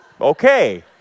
Okay